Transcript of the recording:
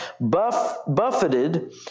buffeted